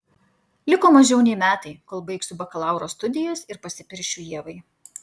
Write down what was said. liko mažiau nei metai kol baigsiu bakalauro studijas ir pasipiršiu ievai